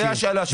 זו השאלה שלי.